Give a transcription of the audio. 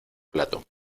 plato